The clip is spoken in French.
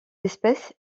espace